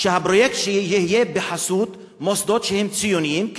שהפרויקט יהיה בחסות מוסדות שהם ציוניים,